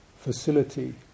facility